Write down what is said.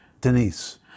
Denise